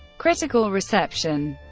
critical reception